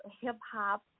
Hip-Hop